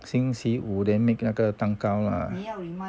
星期五 then make 那个蛋糕 lah